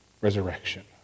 resurrection